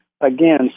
again